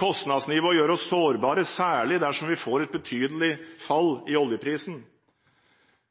Kostnadsnivået gjør oss sårbare, særlig dersom vi får et betydelig fall i oljeprisen.